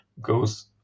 goes